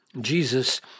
Jesus